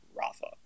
Rafa